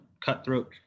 cutthroat